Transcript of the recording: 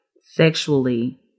sexually